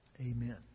Amen